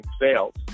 sales